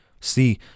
See